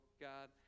god